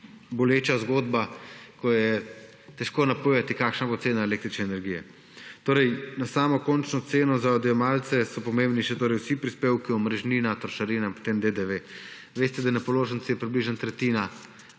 boleča zgodba, ko je težko napovedati, kakšna bo cena električne energije. Za samo končno ceno za odjemalce so pomembni še vsi prispevki, omrežnina, trošarina in potem DDV. Veste, da je na položnici približno tretjina